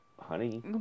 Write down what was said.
Honey